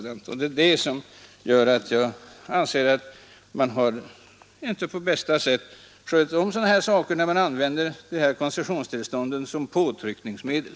Det är det som gör att jag anser att man inte skött tillståndsgivningen på bästa sätt, när man använt koncessionstillstånden som påtryckningsmedel.